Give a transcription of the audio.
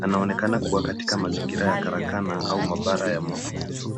Anaonekana kua katika mazingira ya karakana au maabara ya mafunzo.